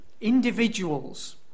individuals